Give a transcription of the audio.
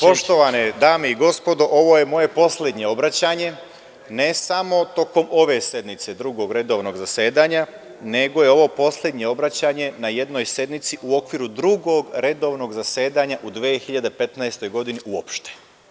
Poštovane dame i gospodo, ovo je moje poslednje obraćanje ne samo tokom ove sednice Drugog redovnog zasedanja nego je ovo poslednje obraćanje na jednoj sednici u okviru Drugog redovnog zasedanja u 2015. godini, uopšte.